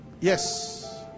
Yes